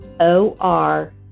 O-R